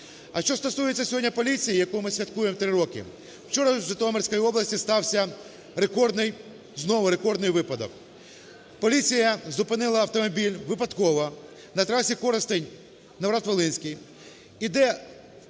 А що стосується сьогодні поліції, яку ми святкуємо, 3 роки, вчора в Житомирській області стався рекордний, знову рекордний випадок: поліція зупинила автомобіль випадково на трасі Коростень–Новоград-Волинський